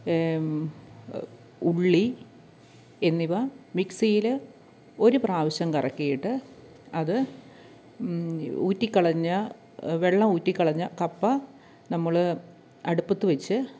ഉള്ളി എന്നിവ മിക്സിയിൽ ഒരു പ്രാവശ്യം കറക്കിയിട്ട് അത് ഊറ്റിക്കളഞ്ഞ വെള്ളം ഊറ്റിക്കളഞ്ഞ കപ്പ നമ്മൾ അടുപ്പത്തു വെച്ച്